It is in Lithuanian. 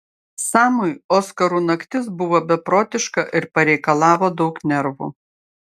samui oskarų naktis buvo beprotiška ir pareikalavo daug nervų